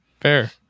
Fair